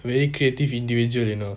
really creative individual you know